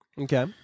Okay